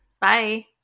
Bye